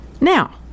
Now